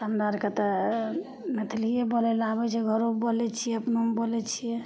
हमरा अरके तऽ मैथिलिये बोलय लए आबय छै घरोमे बोलय छियै अपनोमे बोलय छियै